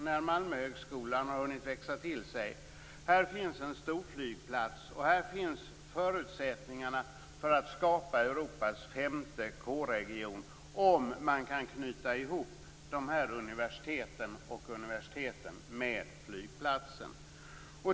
Där finns det också en storflygplats och förutsättningar för att skapa Europas femte K-region, om man bara kan knyta ihop universiteten, men också universiteten med flygplatsen.